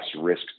risk